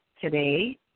today